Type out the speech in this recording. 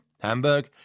Hamburg